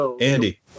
Andy